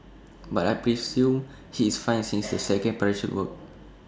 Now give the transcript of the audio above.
but I presume he is fine since the second parachute worked